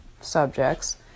subjects